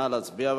נא להצביע.